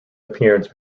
appearance